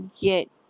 get